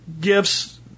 gifts